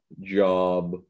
job